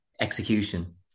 execution